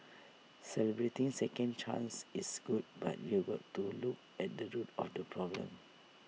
celebrating second chances is good but you've to look at the root of the problem